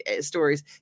stories